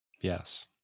Yes